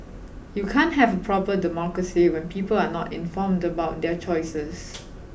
you can't have a proper democracy when people are not informed about their choices